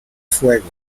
fuego